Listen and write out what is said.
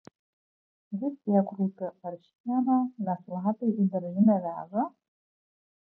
vis tiek rūpi ar šieną ne šlapią į daržinę veža